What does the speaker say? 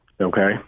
Okay